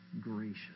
gracious